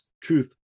Truth